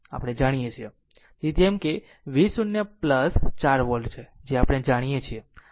તેથી જેમ કે v0 4 વોલ્ટ છે જે આપણે જાણીએ છીએ